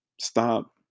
Stop